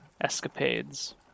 escapades